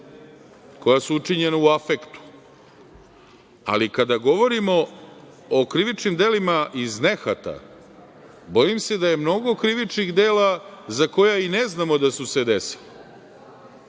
koja su učinjena u afektu, ali kada govorimo o krivičnim delima iz nehata, bojim se da je mnogo krivičnih dela za koja i ne znamo da su se desila. Ako